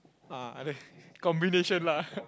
ah the combination lah